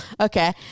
Okay